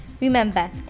Remember